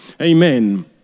Amen